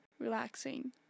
relaxing